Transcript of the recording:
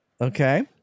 Okay